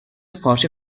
پارچه